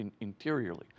interiorly